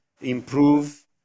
improve